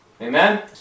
Amen